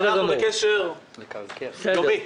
אנחנו בקשר יומי.